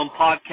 podcast